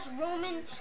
Roman